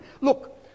Look